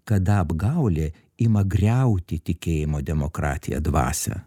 kada apgaulė ima griauti tikėjimo demokratiją dvasią